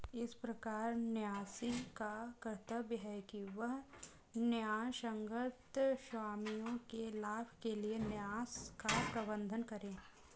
इस प्रकार न्यासी का कर्तव्य है कि वह न्यायसंगत स्वामियों के लाभ के लिए न्यास का प्रबंधन करे